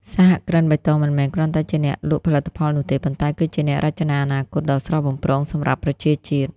សហគ្រិនបៃតងមិនមែនគ្រាន់តែជាអ្នកលក់ផលិតផលនោះទេ ប៉ុន្តែគឺជាអ្នក "រចនាអនាគត" ដ៏ស្រស់បំព្រងសម្រាប់ប្រជាជាតិ។